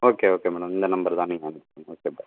okay okay madam இந்த number தான் நீங்கள் அனுப்புங்கள் ஓகே பை